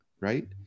right